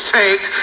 take